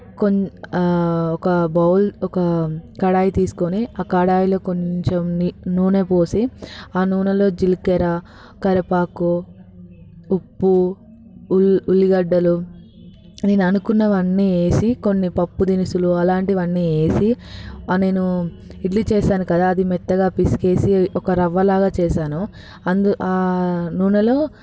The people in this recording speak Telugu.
కొన్ని ఒక బౌల్ ఒక కడాయి తీసుకొని ఆ కడాయిలో కొంచెం నూనె పోసి ఆ నూనెలో జీలకర్ర కరివేపాకు ఉ ఉప్పు ఉల్లి ఉల్లిగడ్డలు నేను అనుకున్నవి అన్నీ వేసి కొన్ని పప్పు దినుసులు అలాంటివి అన్నీ వేసి నేను ఇడ్లీ చేసాను కదా అది మెత్తగా పిసికేసి ఒక రవ్వ లాగా చేసాను అందులో ఆ నూనెలో